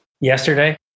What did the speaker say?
Yesterday